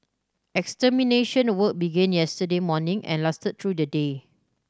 extermination work began yesterday morning and lasted through the day